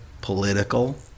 political